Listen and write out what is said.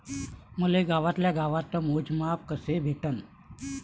मले गावातल्या गावात मोजमाप कस भेटन?